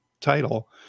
title